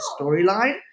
storyline